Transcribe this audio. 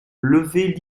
levée